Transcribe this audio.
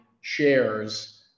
shares